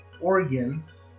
organs